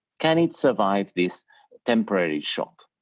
can it survive this temporary shock?